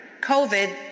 COVID